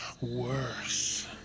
worse